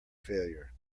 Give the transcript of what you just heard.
failure